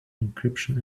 encryption